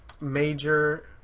major